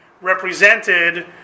represented